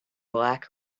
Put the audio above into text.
black